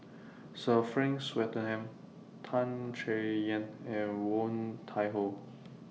Sir Frank Swettenham Tan Chay Yan and Woon Tai Ho